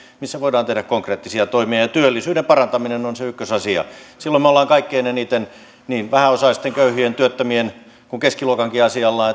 missä voidaan tehdä konkreettisia toimia ja työllisyyden parantaminen on se ykkösasia me olemme kaikkein eniten niin vähäosaisten köyhien työttömien kuin keskiluokankin asialla